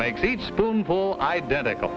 makes each spoonful identical